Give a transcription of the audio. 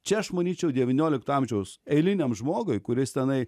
čia aš manyčiau devyniolikto amžiaus eiliniam žmogui kuris tenai